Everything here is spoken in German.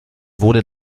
wurde